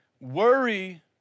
Worry